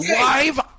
Live